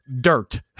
dirt